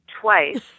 twice